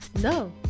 No